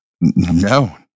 No